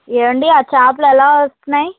ఏమండి ఆ చేపలు ఎలా వస్తున్నాయి